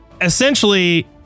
essentially